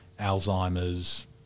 Alzheimer's